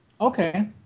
Okay